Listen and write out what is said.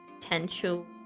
potential